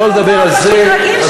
שלא לדבר על זה,